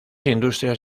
industrias